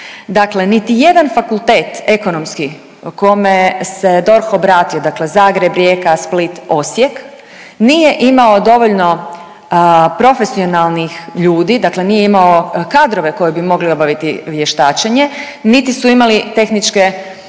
Dakle, niti jedan fakultet ekonomski kome se DORH obratio dakle Zagreb, Rijeka, Split, Osijek nije imao dovoljno profesionalnih ljudi, dakle nije imao kadrove koji bi mogli obaviti vještačenje niti su imali tehničke